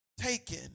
taken